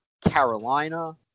Carolina